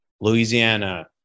Louisiana